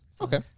okay